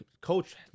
coach